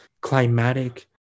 climatic